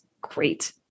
great